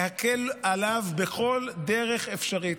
להקל עליו בכל דרך אפשרית.